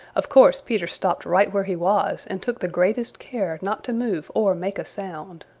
of course peter stopped right where he was and took the greatest care not to move or make a sound.